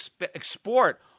export